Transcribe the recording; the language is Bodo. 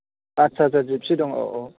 आच्चा आच्चा जिपसि दं औ औ